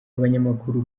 abanyamakuru